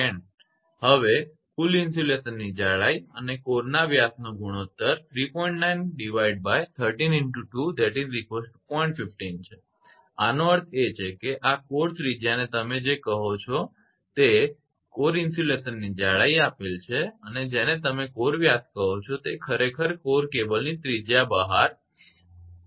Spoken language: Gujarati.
હવે કુલ ઇન્સ્યુલેશનની જાડાઈ અને કોરનાં વ્યાસનો ગુણોત્તર છે બરાબર આનો અર્થ એ છે કે આ કોર ત્રિજ્યાને તમે જે કહો છો તે આ વસ્તુ છે તે કોર ઇન્સ્યુલેશનની જાડાઈ આપેલ છે તેથી જેને તમે કોર વ્યાસ કહો છો તે ખરેખર કોર કેબલની ત્રિજ્યાની બહાર 40 mmમીમી છે બરાબર